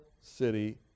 city